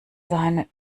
seine